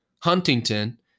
Huntington